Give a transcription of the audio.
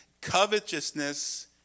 covetousness